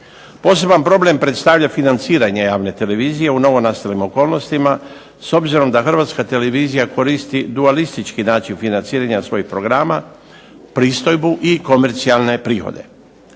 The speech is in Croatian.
Poseban problem predstavlja financiranje javne televizije u novonastalim okolnostima, s obzirom da Hrvatska televizija koristi dualistički način financiranja svojih programa, pristojbu i komercijalne prihode.